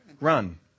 run